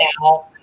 now